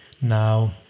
Now